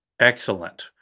Excellent